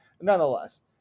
Nonetheless